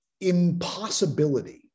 impossibility